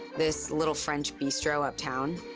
this little french bistro uptown.